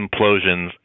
implosions